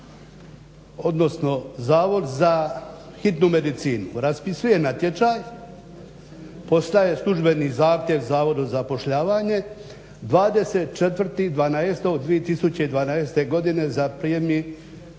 odnosno Zavod za hitnu medicinu raspisuje natječaj, pošalje službeni zahtjev Zavodu za zapošljavanje 24.12.2012. godine za prijemni